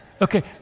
Okay